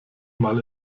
mal